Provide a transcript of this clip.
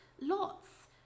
Lots